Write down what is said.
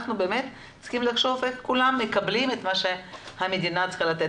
אנחנו באמת צריכים לחשוב איך כולם מקבלים את מה שהמדינה צריכה לתת.